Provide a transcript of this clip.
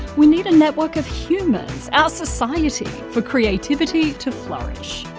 we need a network of humans, our society, for creativity to flourish.